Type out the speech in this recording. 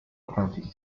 county